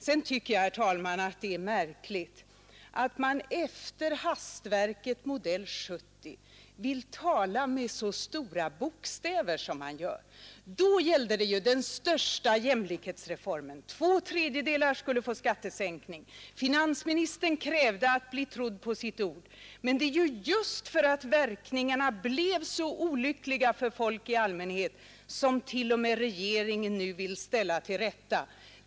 Jag tycker, herr talman, att det är märkligt att man efter hastverket modell 70 vill tala med så stora bokstäver som man gör. Då gällde det ju den största jämlikhetsreformen. Två tredjedelar av folket skulle få skattesänkning. Finansministern krävde att bli trodd på sitt ord. Men det är just för att verkningarna blev så olyckliga för folk i allmänhet som t.o.m. regeringen nu vill ställa det hela till rätta.